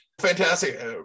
Fantastic